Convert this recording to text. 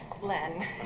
Len